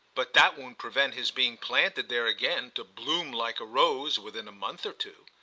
but that won't prevent his being planted there again, to bloom like a rose, within a month or two.